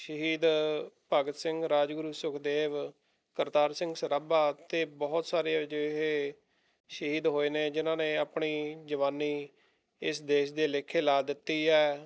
ਸ਼ਹੀਦ ਭਗਤ ਸਿੰਘ ਰਾਜਗੁਰੂ ਸੁਖਦੇਵ ਕਰਤਾਰ ਸਿੰਘ ਸਰਾਭਾ ਅਤੇ ਬਹੁਤ ਸਾਰੇ ਅਜਿਹੇ ਸ਼ਹੀਦ ਹੋਏ ਨੇ ਜਿਨ੍ਹਾਂ ਨੇ ਆਪਣੀ ਜਵਾਨੀ ਇਸ ਦੇਸ਼ ਦੇ ਲੇਖੇ ਲਾ ਦਿੱਤੀ ਹੈ